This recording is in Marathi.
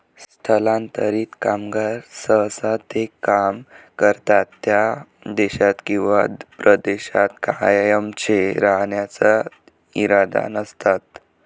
स्थलांतरित कामगार सहसा ते काम करतात त्या देशात किंवा प्रदेशात कायमचे राहण्याचा इरादा नसतात